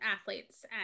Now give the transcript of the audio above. athletes